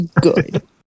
Good